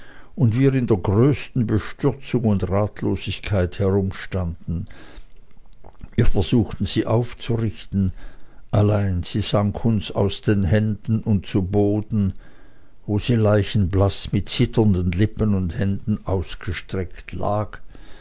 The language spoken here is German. und wir in der größten bestürzung und ratlosigkeit herumstanden wir versuchten sie aufzurichten allein sie sank uns aus den händen und zu boden wo sie leichenblaß mit zitternden lippen und händen ausgestreckt lag